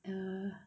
mm